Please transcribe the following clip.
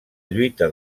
lluita